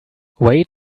wait